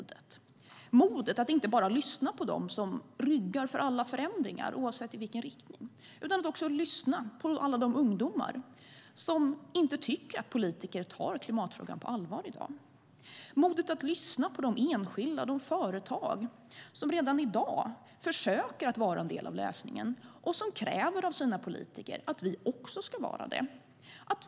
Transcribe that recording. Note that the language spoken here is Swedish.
Det handlar om modet att inte bara lyssna på dem som ryggar för alla förändringar, oavsett i vilken riktning, utan att också lyssna på alla de ungdomar som inte tycker att politiker tar klimatfrågan på allvar i dag. Det handlar om modet att lyssna på de enskilda och de företag som redan i dag försöker vara en del av lösningen och kräver av sina politiker att vi också ska vara det.